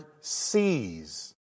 sees